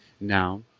Now